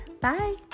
Bye